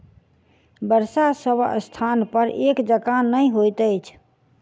वर्षा सभ स्थानपर एक जकाँ नहि होइत अछि